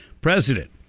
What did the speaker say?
president